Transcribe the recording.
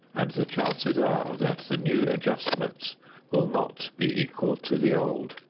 and the chances are that the new adjustments will not be equal to the old,